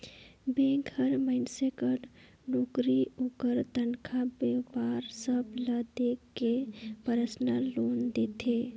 bank हर मइनसे कर नउकरी, ओकर तनखा, बयपार सब ल देख के परसनल लोन देथे